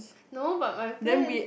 no but my plan